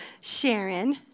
Sharon